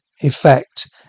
effect